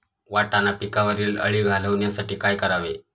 वाटाणा पिकावरील अळी घालवण्यासाठी काय करावे?